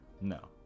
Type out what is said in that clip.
No